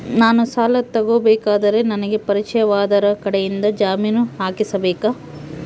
ನಾನು ಸಾಲ ತಗೋಬೇಕಾದರೆ ನನಗ ಪರಿಚಯದವರ ಕಡೆಯಿಂದ ಜಾಮೇನು ಹಾಕಿಸಬೇಕಾ?